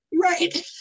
Right